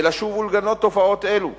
ולשוב ולגנות תופעות אלה.